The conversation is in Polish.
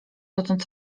dotąd